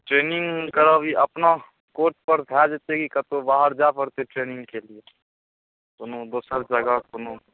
training करब ई अपना कोर्टपर भए जेतय कि कतहु बाहर जाइ पड़तइ ट्रेनिंगके लिये कोनो दोसर जगह कोनो